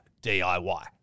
DIY